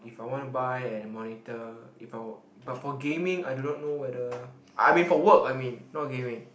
if I want a buy an monitor if I were but for gaming I do not know whether I mean for work I mean not gaming